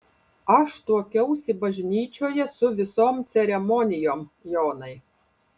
aš tuokiausi bažnyčioje su visom ceremonijom jonai